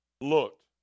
looked